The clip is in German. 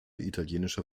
italienischer